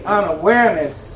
unawareness